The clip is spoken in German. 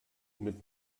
mit